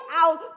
out